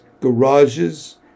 garages